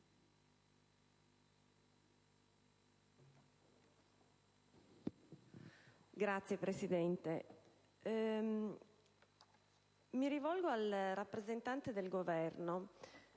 Signor Presidente, mi rivolgo al rappresentante del Governo